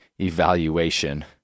evaluation